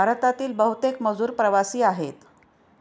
भारतातील बहुतेक मजूर प्रवासी आहेत